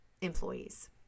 employees